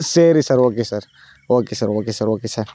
சரி sir okay sir okay sir okay sir okay sir